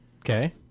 Okay